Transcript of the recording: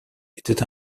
était